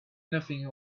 nothing